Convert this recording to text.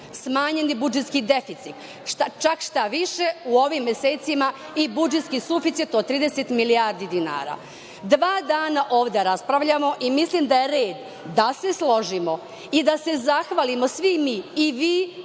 smanjeni budžetski deficit, čak šta više u ovim mesecima i budžetski suficit od 30 milijardi dinara. Dva dana ovde raspravljamo i mislim da je red da se složimo i da se zahvalimo svi mi i vi